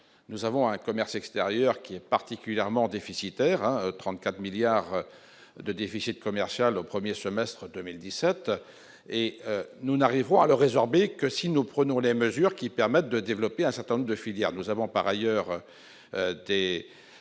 nous avons un commerce extérieur qui est particulièrement déficitaire à 34 milliards de déficit commercial au 1er semestre 2017 et nous n'arrivons à le résorber que si nous prenons les mesures qui permettent de développer un certain nombre de filières, nous avons par ailleurs dès